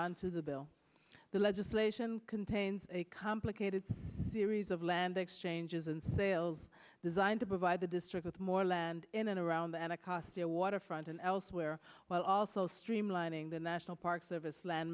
on to the bill the legislation contains a complicated series of land exchanges and sales designed to provide the district with more land in and around the anacostia waterfront and elsewhere while also streamlining the national park service land